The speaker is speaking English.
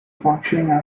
functional